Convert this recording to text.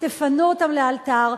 תפנו אותם לאלתר,